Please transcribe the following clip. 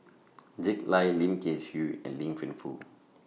Jack Lai Lim Kay Siu and Liang Wenfu